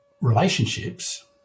relationships